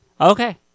Okay